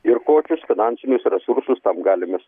ir kokius finansinius resursus tam galim mes